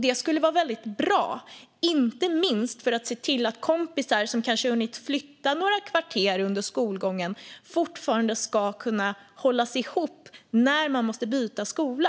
Det skulle vara väldigt bra, inte minst för att se till att kompisar som kanske hunnit flytta några kvarter under skolgången fortfarande ska kunna hållas ihop när man måste byta skola.